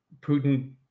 Putin